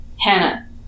hannah